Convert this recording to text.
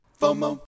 FOMO